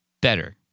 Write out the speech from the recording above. better